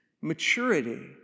maturity